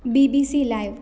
BBC live